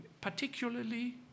particularly